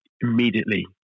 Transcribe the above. immediately